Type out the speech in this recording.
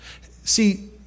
See